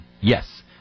Yes